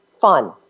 fun